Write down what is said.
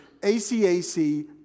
ACAC